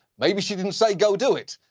maybe she didn't say go do it,